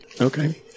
Okay